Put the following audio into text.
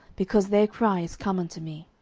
because their cry is come unto me.